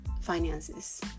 finances